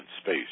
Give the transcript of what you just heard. space